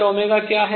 mR2 क्या है